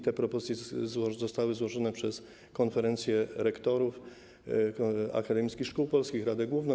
Te propozycje zostały złożone przez Konferencję Rektorów Akademickich Szkół Polskich, radę główną.